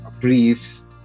briefs